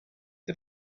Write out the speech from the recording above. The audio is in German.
der